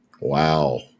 Wow